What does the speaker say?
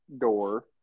door